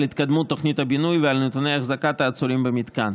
על התקדמות תוכנית הבינוי ועל נתוני החזקת העצורים במתקן.